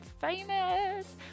famous